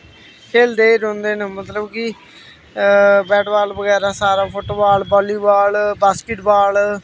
खेलदे ई रौंह्दे न मतलव कि बैट बॉल बगैरा सारा football volleyball basket ball